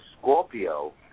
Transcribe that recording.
Scorpio